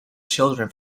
children